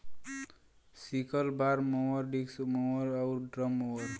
sickle bar mower, disc mower आउर drum mower